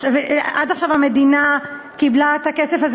עד עכשיו המדינה קיבלה את הכסף הזה